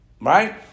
Right